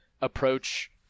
approach